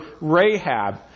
Rahab